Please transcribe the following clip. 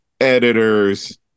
editors